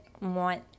want